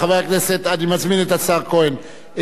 בירושלים העתיקה,